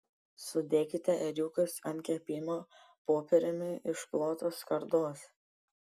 sudėkite ėriukus ant kepimo popieriumi išklotos skardos